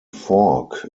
fork